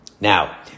Now